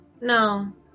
No